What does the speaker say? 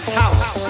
house